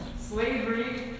Slavery